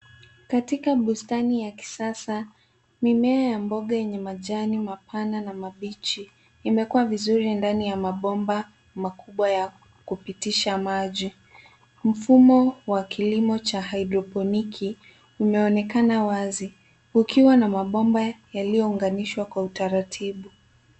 Katika bustani ya kisasa, mimea ya mboga yenye majani mapana na mabichi imekuwa vizuri ndani ya mabomba makubwa ya kupitisha maji. Mfumo wa kilimo cha haidroponiki imeonekana wazi, ukiwa na mabomba yaliyounganishwa kwa utaratibu.